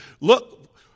look